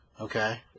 Okay